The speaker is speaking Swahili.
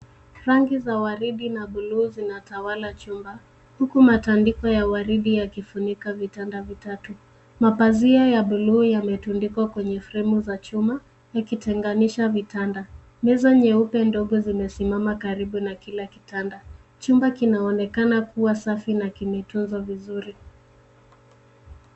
Rangi za waridi na buluu zina tawala chumba huku matandiko waridi yakifunika vitanda vitatu ,mapazia ya buluu yametundikwa kwenye fremu za chuma yakitenganisha vitanda, meza nyeupe ndogo zimesimama karibu na kila kitanda chumba kinaonekana kuwa safi na kimetunzwa vizuri.